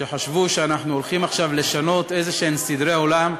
שחשבו שאנחנו הולכים עכשיו לשנות איזשהם סדרי עולם,